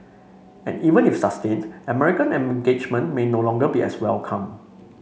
and even if sustained American engagement may no longer be as welcome